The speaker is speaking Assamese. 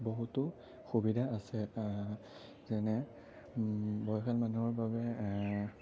বহুতো সুবিধা আছে যেনে বয়সীয়াল মানুহৰ বাবে